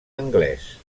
anglès